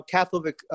Catholic